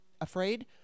afraid